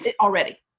already